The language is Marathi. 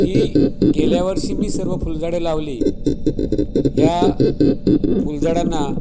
ही गेल्या वर्षी मी सर्व फुलझाडे लावली ह्या फुलझाडांना